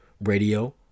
radio